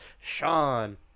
sean